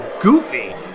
goofy